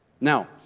Now